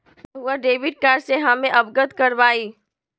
रहुआ debit card से हमें अवगत करवाआई?